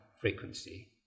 frequency